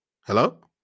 Hello